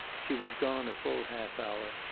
she was gone a full half hour,